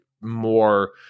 more